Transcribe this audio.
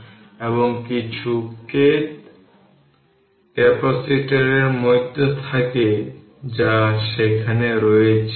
সুতরাং voltage v একই হবে কারণ সমস্ত capacitor C1 dvdt C2 dvdt থেকে CN dvdt পর্যন্ত দেওয়া আছে